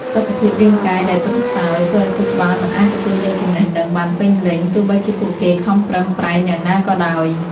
សុខភាពរាងកាយដែលទន់ខ្សោយ ធ្វើឱ្យខួរក្បាលមិនអាចទទួលយកចំណេះដឹងបានពេញលេញ ទោះបីជាពួកគេខំប្រឹងប្រែងយ៉ាងណាក៏ដោយ។